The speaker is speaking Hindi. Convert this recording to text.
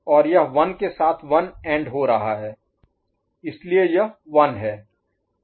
और यह 1 के साथ 1 एंड हो रहा है इसलिए यह 1 है